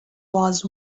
was